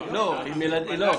שאין?